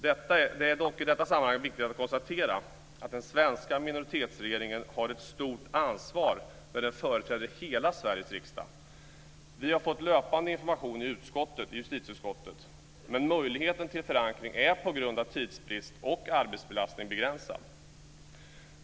Det är dock i detta sammanhang viktigt att konstatera att den svenska minoritetsregeringen har ett stort ansvar när den företräder hela Sveriges riksdag. Vi har fått löpande information i justitieutskottet, men möjligheten till förankring är på grund av tidsbrist och arbetsbelastning begränsad.